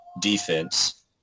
defense